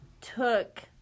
took